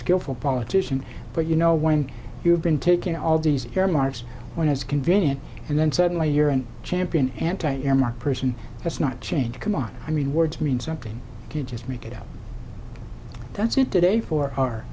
skillful politician but you know when you've been taking all these earmarks when it's convenient and then suddenly you're in champion anti air mark person that's not change c'mon i mean words mean something you just make it up that's it today for our